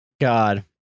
God